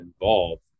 involved